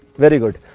very good!